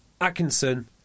Atkinson